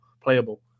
Playable